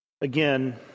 Again